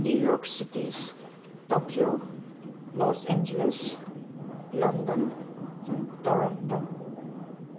New York cities Tokyo Los Angeles London and Toronto